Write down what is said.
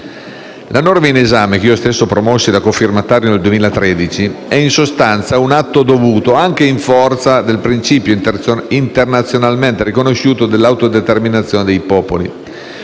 La norma in esame, che io stesso promossi da cofirmatario nel 2013, è in sostanza un atto dovuto anche in forza del principio internazionalmente riconosciuto dell'autodeterminazione dei popoli